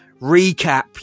Recap